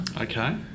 Okay